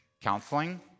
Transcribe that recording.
Counseling